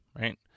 right